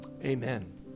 Amen